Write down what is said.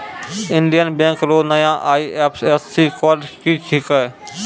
Indian bank रो नया IFSC code की छिकै